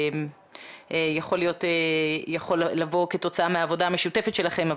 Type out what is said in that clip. יכול לבוא כתוצאה מהעבודה המשותפת שלכם,